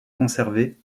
conservé